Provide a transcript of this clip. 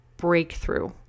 Breakthrough